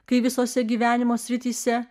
kai visose gyvenimo srityse